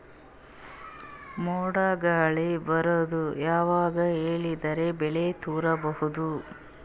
ಮೋಡ ಗಾಳಿ ಬರೋದು ಯಾವಾಗ ಹೇಳಿದರ ಬೆಳೆ ತುರಬಹುದು?